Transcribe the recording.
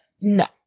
No